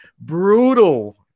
brutal